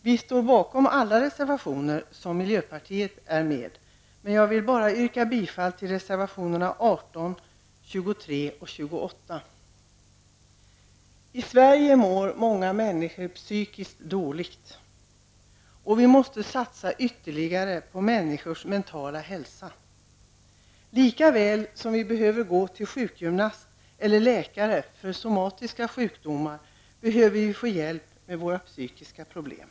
Vi står bakom alla de reservationer som miljöpartiet är med på, men jag vill bara yrka bifall till reservationerna 18, I Sverige mår många människor psykiskt dåligt, och vi måste satsa ytterligare på människors mentala hälsa. Likaväl som vi behöver gå till sjukgymnast eller läkare för somatiska sjukdomar behöver vi få hjälp med våra psykiska problem.